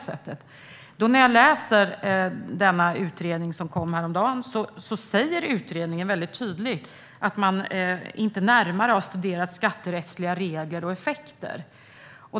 I utredningen som kom häromdagen säger utredarna tydligt att man inte närmare har studerat skatterättsliga regler och effekter.